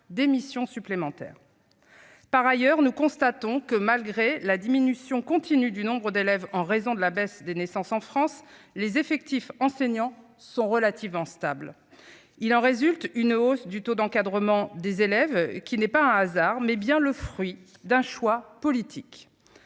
missions supplémentaires. Par ailleurs, nous constatons que, malgré la diminution continue du nombre d'élèves due à la baisse des naissances en France, les effectifs des enseignants sont relativement stables. Il en résulte une hausse du taux d'encadrement des élèves, qui est non pas un hasard, mais bien le fruit d'un choix politique.